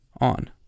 On